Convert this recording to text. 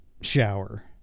shower